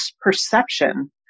perception